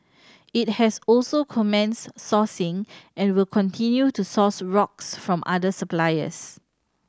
it has also commenced sourcing and will continue to source rocks from other suppliers